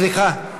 סליחה,